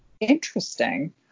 Interesting